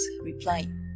replied